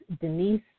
Denise